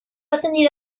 ascendido